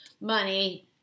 money